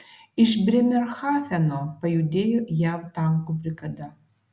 iš brėmerhafeno pajudėjo jav tankų brigada